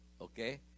Okay